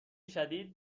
شدید